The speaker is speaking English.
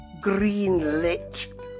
green-lit